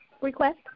request